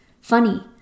funny